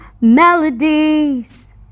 melodies